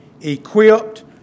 equipped